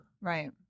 Right